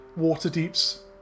Waterdeep's